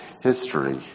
history